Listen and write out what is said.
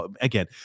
again